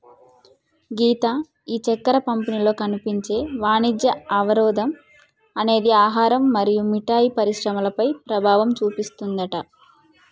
గీత ఈ చక్కెర పంపిణీలో కనిపించే వాణిజ్య అవరోధం అనేది ఆహారం మరియు మిఠాయి పరిశ్రమలపై ప్రభావం చూపిస్తుందట